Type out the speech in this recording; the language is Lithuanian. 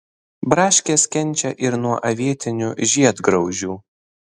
braškės kenčia ir nuo avietinių žiedgraužių